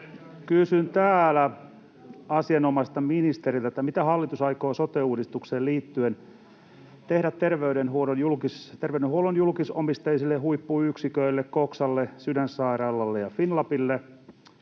kysyn täällä asianomaiselta ministeriltä: Mitä hallitus aikoo sote-uudistukseen liittyen tehdä terveydenhuollon julkisomisteisille huippuyksiköille Coxalle, Sydänsairaalalle ja Fimlabille?